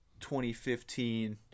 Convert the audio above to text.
2015